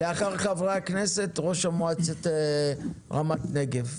לאחר חברי הכנסת, ראש מועצת רמת נגב.